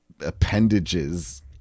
appendages